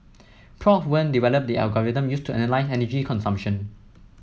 Prof Wen developed the algorithm used to analyse energy consumption